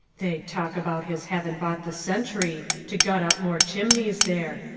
they talk about his havin' bought the centry to gut up more chimneys there,